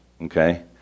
okay